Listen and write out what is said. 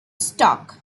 stock